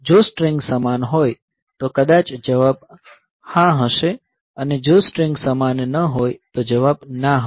જો સ્ટ્રીંગ સમાન હોય તો કદાચ જવાબ હા હશે અને જો સ્ટ્રીંગ સમાન ન હોય તો જવાબ ના હશે